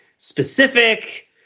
specific